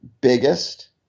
biggest